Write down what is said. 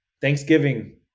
Thanksgiving